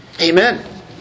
Amen